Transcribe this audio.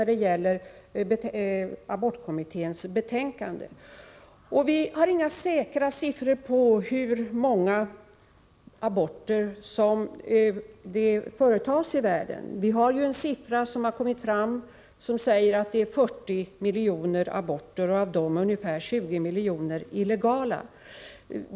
Vi har dock inga säkra uppgifter om hur många aborter som företas i världen. Det är en siffra som säger att det rör sig om 40 miljoner aborter och av dem 20 miljoner illegala.